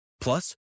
Plus